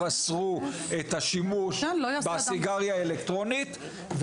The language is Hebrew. אסרו את השימוש בסיגריה האלקטרונית,